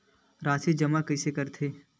राशि जमा कइसे करथे?